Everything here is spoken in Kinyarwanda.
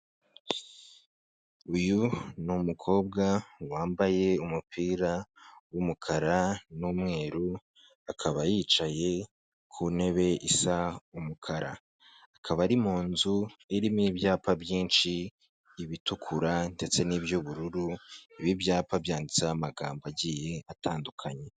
Uyu ni umukobwa wambaye umupira w'umukara n'umweru, akaba yicaye ku ntebe isa umukara, akaba ari mu nzu irimo ibyapa byinshi ibitukura ndetse n'iby'ubururu, ibi ibyapa byanditseho amagambo agiye atandukanye.